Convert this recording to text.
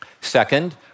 Second